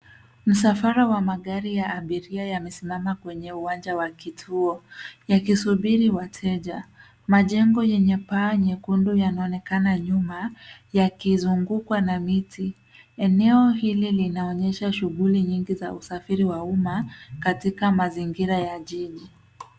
Msafara wa magari ya abiria yamesimama kwenye uwanja wa kituo yakisubiri wateja. Majengo yenye paa nyekundu yanaonekana nyuma yakizungukwa na miti. Eneo hili linaonyesha shughuli nyingi za usafiri wa umma katika mazingira ya jiji.